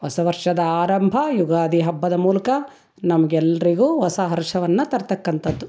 ಹೊಸ ವರ್ಷದ ಆರಂಭ ಯುಗಾದಿ ಹಬ್ಬದ ಮೂಲಕ ನಮ್ಗೆಲ್ರಿಗೂ ಹೊಸ ಹರ್ಷವನ್ನು ತರತಕ್ಕಂಥದ್ದು